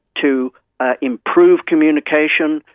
to improve communication,